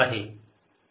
B0 0